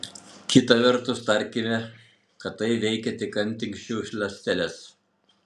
kita vertus tarkime kad tai veikia tik antinksčių ląsteles